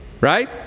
Right